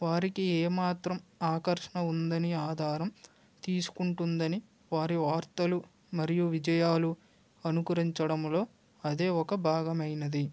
వారికి ఏమాత్రం ఆకర్షణ ఉందని ఆధారం తీసుకుంటుందని వారి వార్తలు మరియు విజయాలు అనుకరించడంలో అదే ఒక భాగమైనది